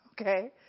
Okay